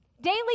Daily